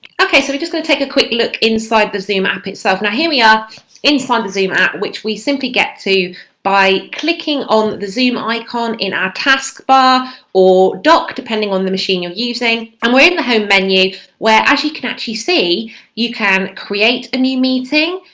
okay so we're just gonna take a quick look inside the zoom app itself. now here we are inside the zoom app which we simply get to by clicking on the zoom icon in our taskbar or dock depending on the machine you're using. and we're in the home menu where as you can actually see you can create a new meeting,